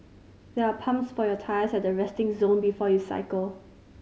there are pumps for your tyres at the resting zone before you cycle